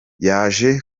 yaje